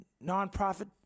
non-profit